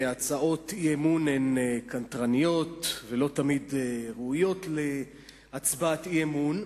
הצעות אי-אמון הן קנטרניות ולא תמיד ראויות להצבעת אי-אמון,